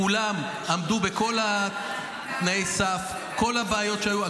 כולם עמדו בכל תנאי הסף, כל הבעיות שהיו.